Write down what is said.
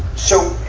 so,